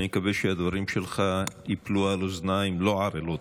אני מקווה שהדברים שלך ייפלו על אוזניים לא ערלות.